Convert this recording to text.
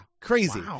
crazy